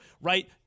right